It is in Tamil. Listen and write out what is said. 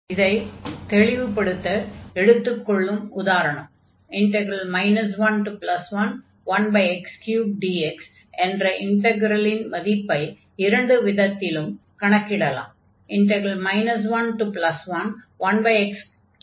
இதைத் தெளிவு படுத்த எடுத்துக் கொள்ளும் உதாரணம் 111x3dx என்ற இன்டக்ரலின் மதிப்பை இரண்டு விதத்திலும் கணக்கிடலாம்